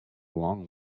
long